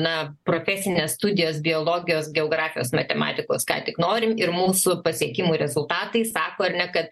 na profesinės studijos biologijos geografijos matematikos ką tik norim ir mūsų pasiekimų rezultatai sako ar ne kad